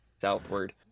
southward